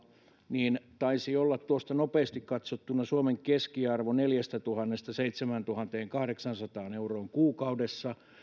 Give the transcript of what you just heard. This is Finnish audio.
niin taisi olla tuosta nopeasti katsottuna suomen keskiarvo neljästätuhannesta seitsemääntuhanteenkahdeksaansataan euroon kuukaudessa